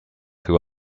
whom